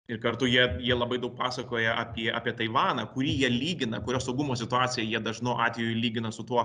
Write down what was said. ir kartu jie jie labai daug pasakoja apie apie taivaną kurį jie lygina kurio saugumo situaciją jie dažnu atveju lygina su tuo